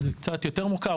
זה קצת יותר מורכב.